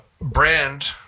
Brand